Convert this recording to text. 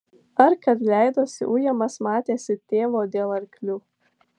ar kad leidosi ujamas matėsi tėvo dėl arklių